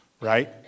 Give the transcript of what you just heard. Right